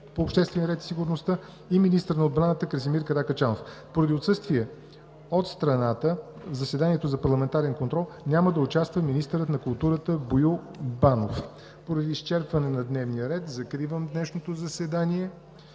по обществения ред и сигурността и министър на отбраната Красимир Каракачанов. Поради отсъствие от страната в заседанието за парламентарен контрол няма да участва министърът на културата Боил Банов. Поради изчерпване на дневния ред закривам днешното заседание.